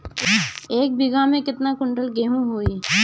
एक बीगहा में केतना कुंटल गेहूं होई?